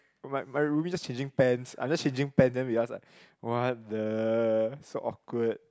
my my roomie just changing pants I just changing pants then we just like what the so awkward